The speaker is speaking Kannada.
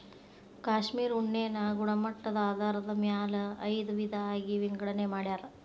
ಕಾಶ್ಮೇರ ಉಣ್ಣೆನ ಗುಣಮಟ್ಟದ ಆಧಾರದ ಮ್ಯಾಲ ಐದ ವಿಧಾ ಆಗಿ ವಿಂಗಡನೆ ಮಾಡ್ಯಾರ